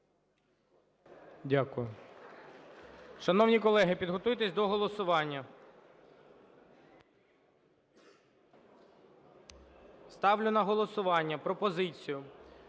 Дякую. Шановні колеги, підготуйтесь до голосування. Ставлю на голосування пропозицію